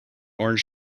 orange